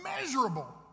immeasurable